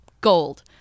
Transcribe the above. gold